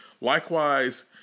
Likewise